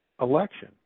election